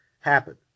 happen